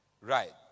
Right